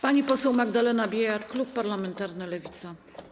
Pani poseł Magdalena Biejat, klub parlamentarny Lewica.